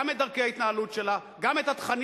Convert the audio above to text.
גם את דרכי ההתנהלות שלה,